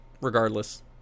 regardless